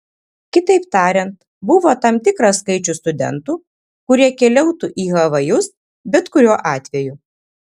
kitaip tariant buvo tam tikras skaičius studentų kurie keliautų į havajus bet kuriuo atveju